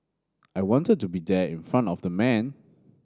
I wanted to be there in front of the man